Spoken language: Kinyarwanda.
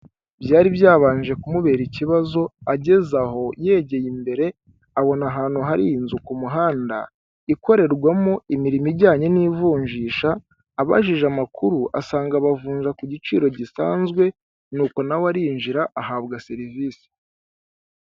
Byari byabanje kumubera ikibazo ageze aho yegeye imbere abona ahantu hari inzu ku muhanda ikorerwamo imirimo ijyanye n'ivunjisha abajije amakuru asanga abavunja ku giciro gisanzwe nuko nawe arinjira ahabwa serivisi.